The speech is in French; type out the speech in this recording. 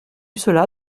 cela